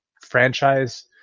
franchise